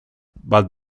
bat